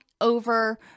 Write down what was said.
over